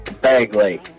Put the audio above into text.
Bagley